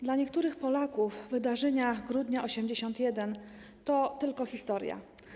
Dla niektórych Polaków wydarzenia Grudnia ’81 to tylko historia.